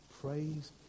praise